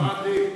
סעדי.